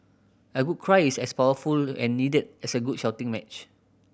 a good cry is as powerful and needed as a good shouting match